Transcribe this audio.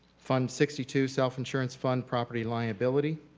fund sixty two self-insurance fund property liability,